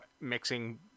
mixing